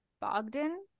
Bogdan